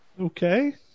Okay